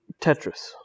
Tetris